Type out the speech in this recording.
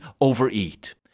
Overeat